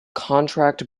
contract